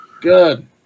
Good